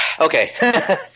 okay